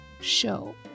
show